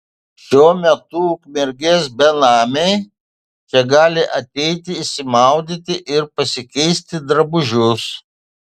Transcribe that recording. šiuo metu ukmergės benamiai čia gali ateiti išsimaudyti ir pasikeisti drabužius